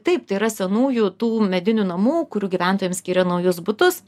taip tai yra senųjų tų medinių namų kurių gyventojams skyrė naujus butus